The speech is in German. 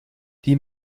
die